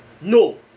No